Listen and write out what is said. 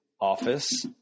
office